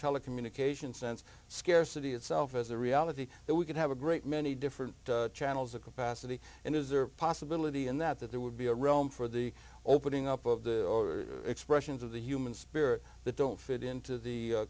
telecommunications sense scarcity itself is the reality that we can have a great many different channels of capacity and is there a possibility and that that there would be a realm for the opening up of the expressions of the human spirit that don't fit into the